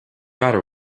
matter